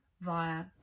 via